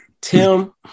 Tim